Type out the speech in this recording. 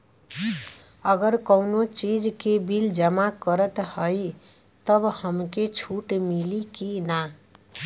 अगर कउनो चीज़ के बिल जमा करत हई तब हमके छूट मिली कि ना?